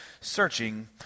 searching